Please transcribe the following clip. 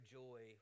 joy